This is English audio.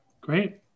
Great